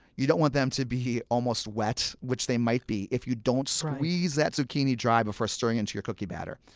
you don't want them to be almost wet, which they might be if you don't squeeze that zucchini dry before stirring it into your cookie batter.